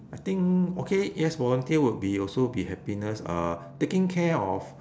I think okay yes volunteer would be also be happiness uh taking care of